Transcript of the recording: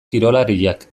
kirolariak